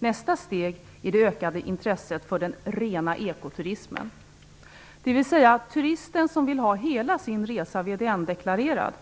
Nästa steg är det ökade intresset för den rena ekoturismen, dvs. turisten som vill ha hela sin resa VDN-deklarerad.